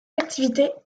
activités